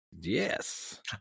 Yes